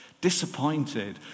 Disappointed